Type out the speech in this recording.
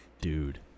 dude